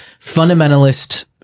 fundamentalist